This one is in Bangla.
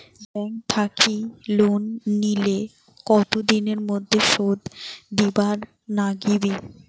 ব্যাংক থাকি লোন নিলে কতো দিনের মধ্যে শোধ দিবার নাগিবে?